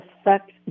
affect